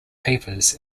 papers